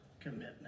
commitment